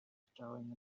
staring